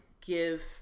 give